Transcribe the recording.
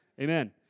Amen